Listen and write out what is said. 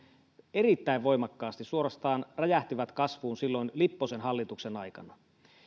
erittäin voimakkaasti suorastaan räjähtivät kasvuun silloin lipposen hallituksen aikana